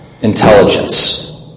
intelligence